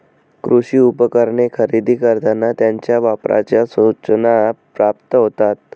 कृषी उपकरणे खरेदी करताना त्यांच्या वापराच्या सूचना प्राप्त होतात